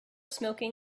smoking